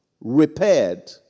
repaired